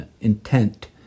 intent